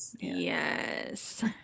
yes